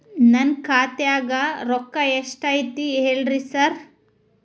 ನನ್ ಖಾತ್ಯಾಗ ರೊಕ್ಕಾ ಎಷ್ಟ್ ಐತಿ ಹೇಳ್ರಿ ಸಾರ್?